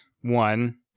one